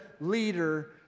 leader